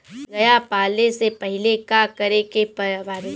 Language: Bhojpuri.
गया पाले से पहिले का करे के पारी?